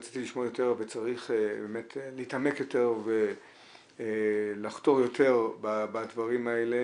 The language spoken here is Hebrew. רציתי לשמוע יותר וצריך להתעמק יותר ולחתור יותר בדברים האלה